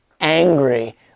angry